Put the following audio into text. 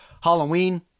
Halloween